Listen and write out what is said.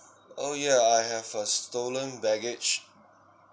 oh ya I have a stolen baggage